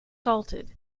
salted